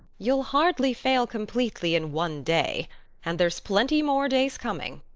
you'll hardly fail completely in one day and there's plenty more days coming,